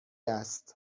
است